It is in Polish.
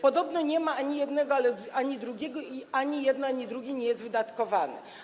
Podobno nie ma ani jednego, ani drugiego i ani jedno, ani drugie nie jest wydatkowane.